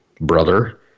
brother